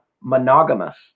monogamous